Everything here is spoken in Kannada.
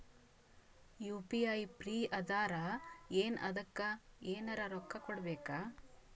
ಯು.ಪಿ.ಐ ಫ್ರೀ ಅದಾರಾ ಏನ ಅದಕ್ಕ ಎನೆರ ರೊಕ್ಕ ಕೊಡಬೇಕ?